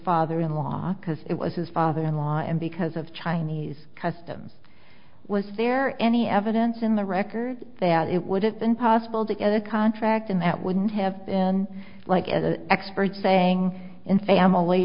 father in law because it was his father in law and because of chinese customs was there any evidence in the record that it would have been possible to get a contract and that wouldn't have been like as an expert saying in family